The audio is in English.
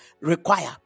require